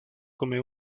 come